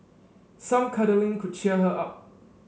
some cuddling could cheer her up